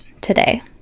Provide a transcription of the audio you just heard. today